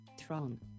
Tron